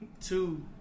Two